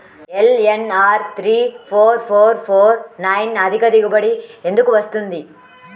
LNR three four four four nine అధిక దిగుబడి ఎందుకు వస్తుంది?